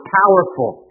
powerful